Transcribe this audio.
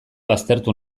baztertu